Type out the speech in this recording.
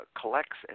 collects